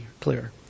clear